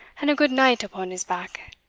and a good knight upon his back.